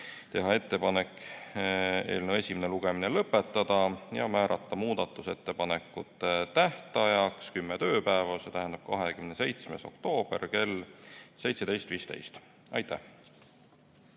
teha ettepanek eelnõu esimene lugemine lõpetada ja määrata muudatusettepanekute tähtajaks kümme tööpäeva, see tähendab 27. oktoober kell 17.15. Aitäh!